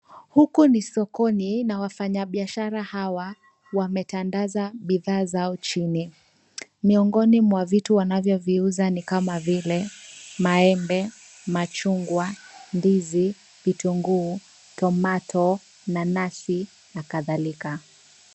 Huku ni sokoni na wafanya biashara hawa wametandaza bidhaa zao chini. Miongoni mwa vitu wanavyoviuza ni kama vile maembe, machungwa, ndizi, vitunguu, tomato , nanasi na kadhalika.